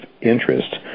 interest